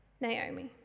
Naomi